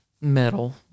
metal